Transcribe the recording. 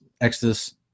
Exodus